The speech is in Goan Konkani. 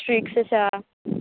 स्ट्रिक्स आसा